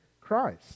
Christ